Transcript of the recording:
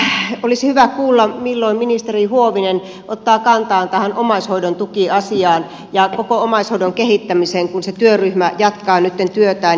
ensinnäkin totean niin että olisi hyvä kuulla milloin ministeri huovinen ottaa kantaa tähän omaishoidon tukiasiaan ja koko omaishoidon kehittämiseen kun se työryhmä jatkaa nytten työtään